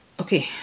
Okay